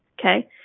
okay